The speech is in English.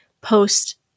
post